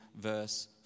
verse